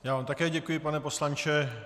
Já vám také děkuji, pane poslanče.